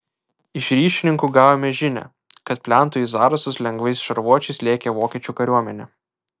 iš ryšininkų gavome žinią kad plentu į zarasus lengvais šarvuočiais lėkė vokiečių kariuomenė